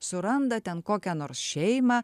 suranda ten kokią nors šeimą